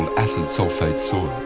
and acid sulphate soil.